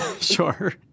Sure